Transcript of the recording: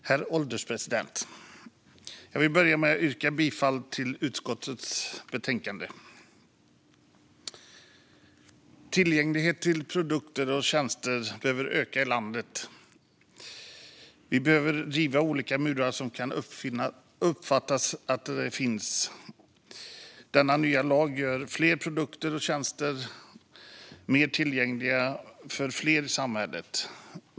Herr ålderspresident! Jag vill börja med att yrka bifall till utskottets förslag i betänkandet. Tillgängligheten till produkter och tjänster måste öka i landet. Vi behöver riva olika murar som kan upplevas finnas. Med denna nya lag görs fler produkter och tjänster mer tillgängliga för fler i samhället.